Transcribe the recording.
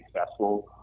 successful